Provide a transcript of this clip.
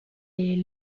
est